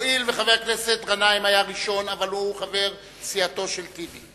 הואיל וחבר הכנסת גנאים היה ראשון אבל הוא חבר סיעתו של טיבי,